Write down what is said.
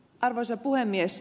arvoisa puhemies